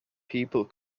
people